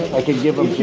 i could give em to